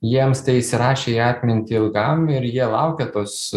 jiems tai įsirašė į atmintį ilgam ir jie laukia tos